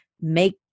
make